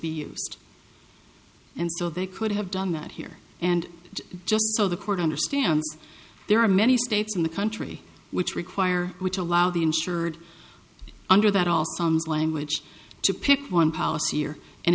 used and so they could have done that here and just so the court understands there are many states in the country which require which allow the insured under that also comes language to pick one policy or and